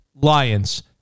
Lions